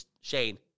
Shane